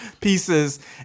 pieces